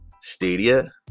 Stadia